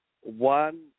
one